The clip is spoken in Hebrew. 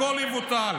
הכול יבוטל.